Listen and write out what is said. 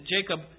Jacob